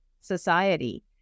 society